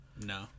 no